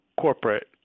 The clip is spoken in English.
corporate